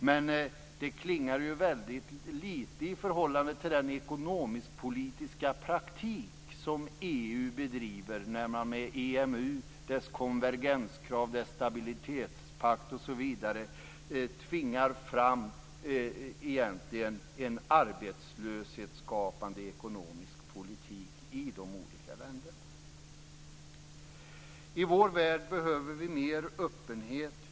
Men det klingar ju väldigt tunt i förhållande till den ekonomisk-politiska praktik som EU bedriver när man med EMU, dess konvergenskrav och stabilitetspakt osv., egentligen tvingar fram en arbetslöshetsskapande ekonomisk politik i de olika länderna. I vår värld behöver vi mer öppenhet.